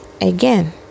again